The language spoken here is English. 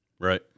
Right